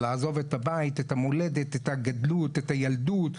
לעזוב את הבית, את המולדת, את הגדלות, את הילדות.